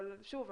אבל שוב,